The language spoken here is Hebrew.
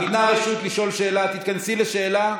ניתנה רשות לשאול שאלה, את תתכנסי לשאלה.